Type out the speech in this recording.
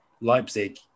Leipzig